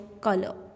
color